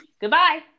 Goodbye